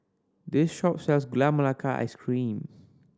this shop sells Gula Melaka Ice Cream